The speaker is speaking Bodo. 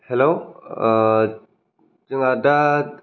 हेल्लो ओ जोंहा दा